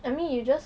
I mean you just